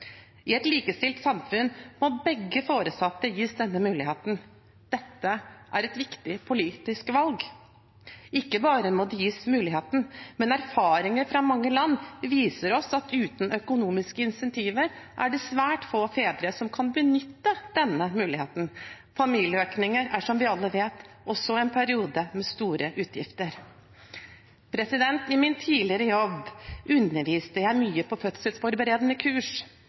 I et likestilt samfunn må begge foresatte gis denne muligheten. Dette er et viktig politisk valg. Ikke bare må de gis muligheten, men erfaringer fra mange land viser oss at uten økonomiske insentiver er det svært få fedre som kan benytte denne muligheten. Familieøkning er, som vi alle vet, også en periode med store utgifter. I min tidligere jobb underviste jeg mye på fødselsforberedende kurs.